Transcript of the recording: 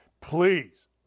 please